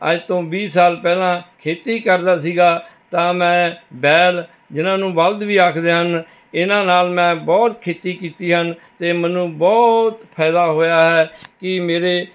ਅੱਜ ਤੋਂ ਵੀਹ ਸਾਲ ਪਹਿਲਾਂ ਖੇਤੀ ਕਰਦਾ ਸੀਗਾ ਤਾਂ ਮੈਂ ਬੈਲ ਜਿਹਨਾਂ ਨੂੰ ਬਲਦ ਵੀ ਆਖਦੇ ਹਨ ਇਹਨਾਂ ਨਾਲ ਮੈਂ ਬਹੁਤ ਖੇਤੀ ਕੀਤੀ ਹਨ ਅਤੇ ਮੈਨੂੰ ਬਹੁਤ ਫਾਇਦਾ ਹੋਇਆ ਹੈ ਕਿ ਮੇਰੇ